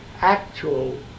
actual